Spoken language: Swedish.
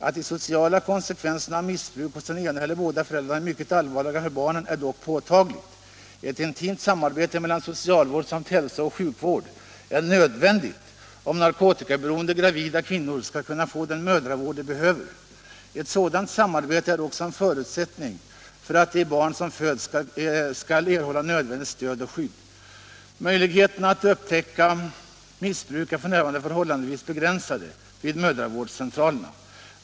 Att de sociala konsekvenserna av missbruk hos den ena eller båda föräldrarna är mycket allvarliga för barnen är dock påtagligt. Ett intimt samarbete mellan socialvård samt hälsooch sjukvård är nödvändigt om narkotikaberoende gravida kvinnor skall kunna få den mödravård de behöver. Ett sådant samarbete är också en förutsättning för att de barn som föds skall erhålla nödvändigt stöd och skydd. Möjligheterna att upptäcka missbruk är f. n. förhållandevis begränsade vid mödravårdscentralerna.